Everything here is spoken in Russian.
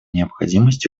необходимость